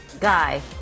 Guy